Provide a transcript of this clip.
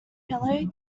fellow